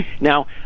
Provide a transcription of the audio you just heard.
Now